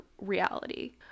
reality